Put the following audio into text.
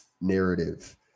narrative